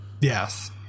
Yes